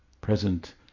present